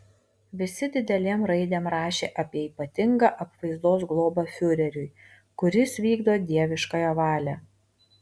visi didelėm raidėm rašė apie ypatingą apvaizdos globą fiureriui kuris vykdo dieviškąją valią